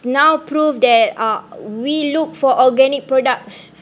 now prove that uh we look for organic products